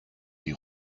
die